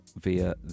via